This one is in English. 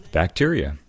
bacteria